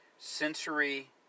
sensory